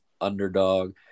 underdog